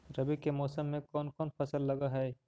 रवि के मौसम में कोन कोन फसल लग है?